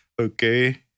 okay